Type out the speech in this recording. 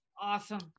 awesome